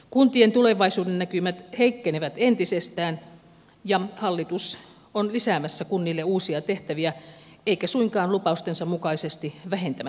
kuntien tulevaisuudennäkymät heikkenevät entisestään ja hallitus on lisäämässä kunnille uusia tehtäviä eikä suinkaan lupaustensa mukaisesti vähentämässä niitä